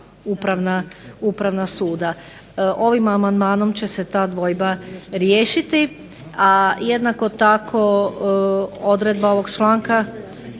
upravna suda. Ovim amandmanom će se ta dvojba riješiti, a jednako tako odredba ovog članka